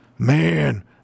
Man